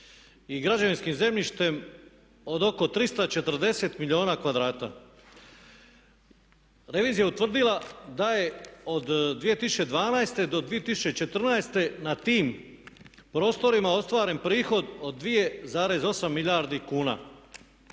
i građevinskim zemljištem od oko 340 milijuna kvadrata. Revizija je utvrdila da je od 2012. do 2014. na tim prostorima ostvaren prihod od 2,8 milijardi kuna